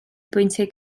bwyntiau